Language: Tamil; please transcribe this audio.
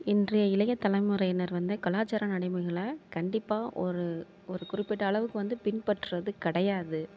இன்றைய இளைய தலைமுறையினர் வந்து கலாச்சார நடைமுறைகளை கண்டிப்பாக ஒரு ஒரு குறிப்பிட்ட அளவுக்கு வந்து பின்பற்றுறது கிடையாது